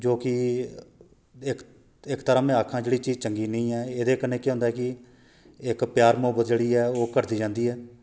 जो कि इक इक तरह् में आक्खां जेह्ड़ी चीज चंगी नेईं ऐ एह्दे कन्नै के होंदा कि इक प्यार मुहब्बत जेह्ड़ी ऐ ओह् घट्टदी जंदी ऐ